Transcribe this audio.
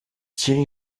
thierry